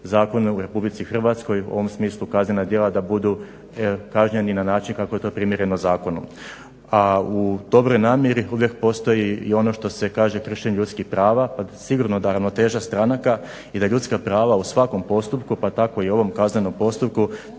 zakone u RH u ovom smislu kaznena djela da budu kažnjeni na način kako je to primjereno zakonu. A u dobroj namjeri uvijek postoji i ono što se kažem kršenje ljudskih prava pa sigurno da ravnoteža stranaka i da ljudska prava u svakom postupku pa tako i u ovom kaznenom postupku